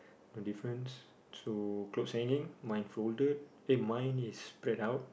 no difference so clothes hanging mine folded eh mine is spread out